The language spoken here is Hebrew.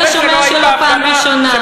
היית שומע שלא בפעם הראשונה.